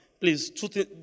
Please